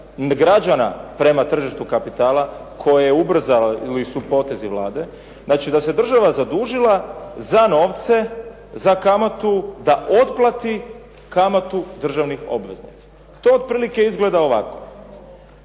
građana prema tržištu kapitala koje ubrzali su potezi Vlade. Znači da se država zadužila za novce, za kamatu da otplati kamatu državnih obveznica. To otprilike izgleda ovako.